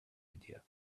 idea